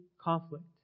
conflict